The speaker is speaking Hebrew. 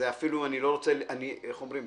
איך אומרים?